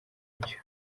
mucyo